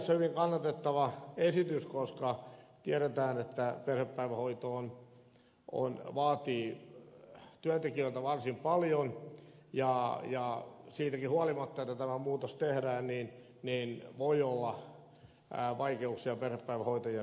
tämä on siinä mielessä hyvin kannatettava esitys koska tiedetään että perhepäivähoito vaatii työntekijöiltä varsin paljon ja siitäkin huolimatta että tämä muutos tehdään voi olla vaikeuksia perhepäivähoitajien saatavuudessa